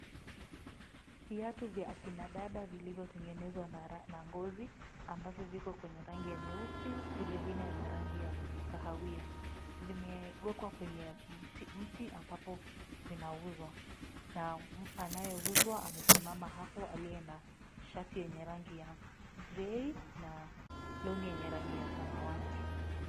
Viatu vya akina dada vilivyotengenezwa na ngozi ambavyo viko kwenye rangi ya nyeusi vilevile na rangi ya kahawia, vimewekwa kwenye mti ambapo vinauzwa, na anayeuza amesimama hapo aliye na shati yenye rangi ya grey na long'i yenye rangi ya samawati .